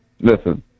Listen